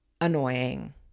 annoying